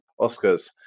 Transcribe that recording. Oscars